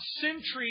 centuries